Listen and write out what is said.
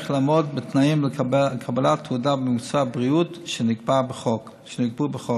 לעמוד בתנאים לקבלת תעודה במקצוע בריאות שנקבעו בחוק.